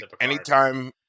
anytime